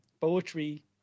poetry